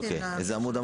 באיזה עמוד?